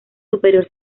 superior